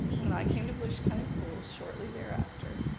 when i came to volusia county schools shorty thereafter,